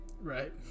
Right